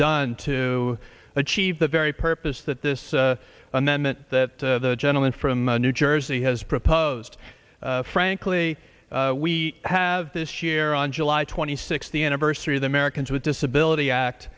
done to achieve the very purpose that this and that meant that the gentleman from new jersey has proposed frankly we have this year on july twenty sixth the anniversary of the americans with disability act